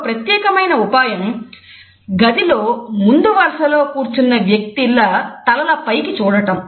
ఒక ప్రత్యేకమైన ఉపాయం గదిలో ముందువరుసలో కూర్చుని ఉన్న వ్యక్తుల తలల పైకి చూడటం